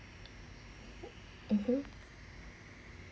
(uh huh)